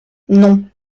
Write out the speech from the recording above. non